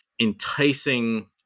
enticing